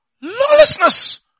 lawlessness